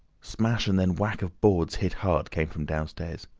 smash, and then whack of boards hit hard came from downstairs.